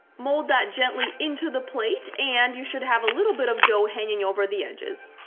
mold that gently into the plate and you should have a little bit of dough hanging over the edges.